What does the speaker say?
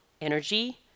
energy